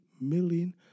million